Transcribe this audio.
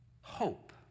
hope